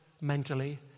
mentally